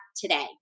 today